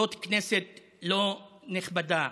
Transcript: זאת כנסת לא נכבדה.